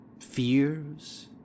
Fears